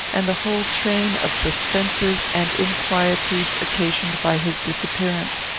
and the whole train of suspenses and inquietudes occasioned by his disappearance.